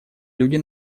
люди